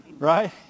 Right